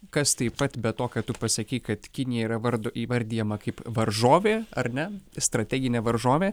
kas taip pat be to ką tu pasakei kad kinija yra vardo įvardijama kaip varžovė ar ne strateginė varžovė